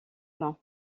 main